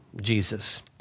Jesus